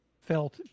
felt